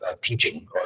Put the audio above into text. teaching